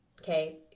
Okay